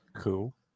Cool